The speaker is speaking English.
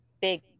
big